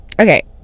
okay